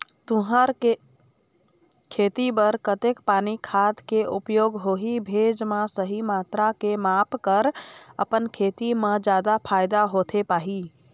तुंहर के खेती बर कतेक पानी खाद के उपयोग होही भेजे मा सही मात्रा के माप कर अपन खेती मा जादा फायदा होथे पाही?